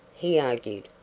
he argued.